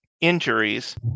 injuries